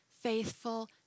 faithful